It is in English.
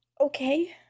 Okay